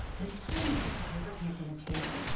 this tiny piece of paper came from a taser?